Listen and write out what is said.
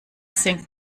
think